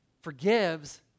forgives